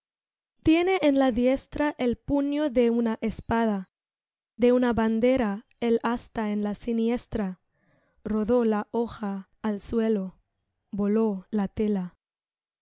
tiene en la diestra el puño de una espada de una bandera el asta en la siniestra rodó la hoja al suelo yoló la tela